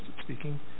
speaking